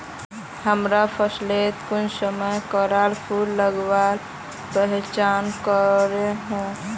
हमरा फसलोत कुंसम करे फूल लगवार पहचान करो ही?